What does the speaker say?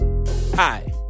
hi